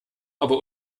aber